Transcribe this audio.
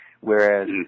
Whereas